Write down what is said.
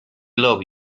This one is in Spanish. love